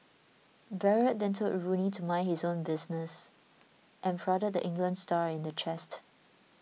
Barrett then told Rooney to mind his own business and prodded the England star in the chest